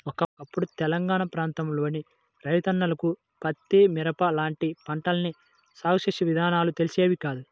ఒకప్పుడు తెలంగాణా ప్రాంతంలోని రైతన్నలకు పత్తి, మిరప లాంటి పంటల్ని సాగు చేసే విధానాలు తెలిసేవి కాదు